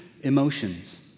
emotions